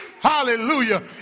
hallelujah